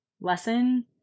lesson